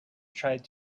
tried